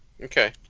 okay